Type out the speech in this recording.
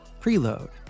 preload